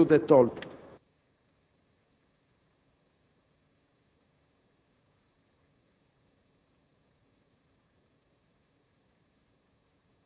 Grazie!